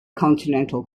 continental